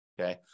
Okay